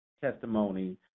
testimony